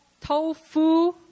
tofu